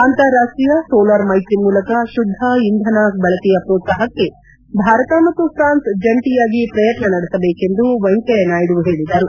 ಅಂತಾರಾಷ್ಟೀಯ ಸೋಲಾರ್ ಮ್ಕೆತ್ರಿ ಮೂಲಕ ಶುದ್ದ ಇಂಧನ ಬಳಕೆಯ ಪ್ರೋತ್ಲಾಹಕ್ಕೆ ಭಾರತ ಮತ್ತು ಪ್ರಾನ್ಸ್ ಜಂಟಿಯಾಗಿ ಪ್ರಯತ್ನ ನಡೆಸಬೇಕೆಂದು ವೆಂಕಯ್ಲನಾಯ್ಡು ಹೇಳಿದರು